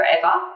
forever